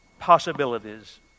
Possibilities